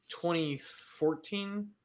2014